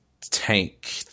tank